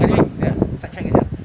anyway byea~ sakshan 一下